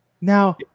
Now